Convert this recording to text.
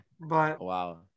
Wow